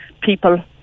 people